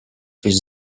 his